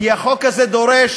כי החוק הזה דורש